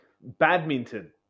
Badminton